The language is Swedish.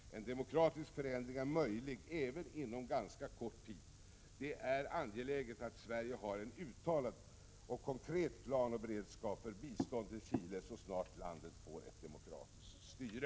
En demokratisk förändring är möjlig även inom ganska kort tid. Det är angeläget att Sverige har en uttalad och konkret plan och beredskap för bistånd till Chile så snart landet får ett demokratiskt styre.